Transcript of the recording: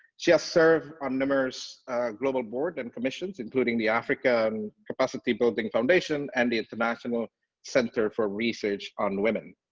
she has served on numerous global boards and commissions, including the african capacity building foundation, and the international center for research on women.